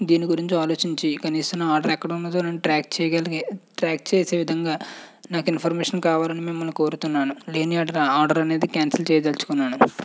దీని గురించి ఆలోచించి కనీసం నా ఆర్డర్ ఎక్కడున్నదో అని ట్రాక్ చేయగలిగే ట్రాక్ చేసే విధంగా నాకు ఇన్ఫర్మేషన్ కావాలని మిమ్మల్ని కోరుతున్నాను లేని యెడల ఆ ఆర్డర్ అనేది క్యాన్సెల్ చేయదలుచుకున్నాను